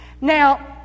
Now